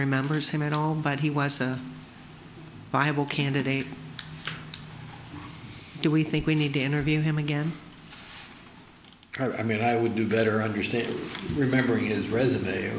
remembers him at all but he was a viable candidate do we think we need to interview him again dr i mean i would do better understand remember his resume